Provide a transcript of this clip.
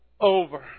over